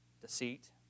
deceit